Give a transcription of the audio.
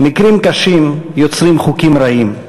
מקרים קשים יוצרים חוקים רעים.